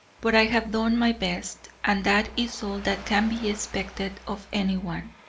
but i have done my best, and that is all that can be expected of any one.